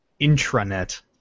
intranet